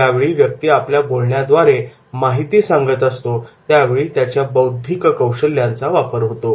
ज्यावेळी व्यक्ती आपल्या बोलण्याद्वारे माहिती सांगत असतो त्यावेळी त्याच्या बौद्धिक कौशल्यांचा वापर होतो